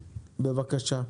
בבקשה.